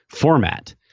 format